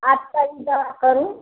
आपका ही दवा करूँ